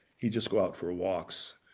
he'd just go out for walks,